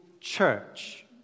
church